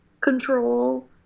control